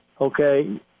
okay